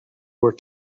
were